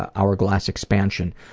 ah hourglass expansion,